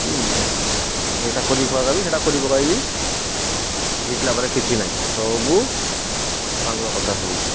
ହୁଁ ଏଇଟା କରି ବିି ସେଇଟା କରି ପକାଇବି ଜିତଲା ପରେ କିଛି ନାଇଁ ସବୁ ପାଙ୍ଗୁଆ କଥା ସବୁ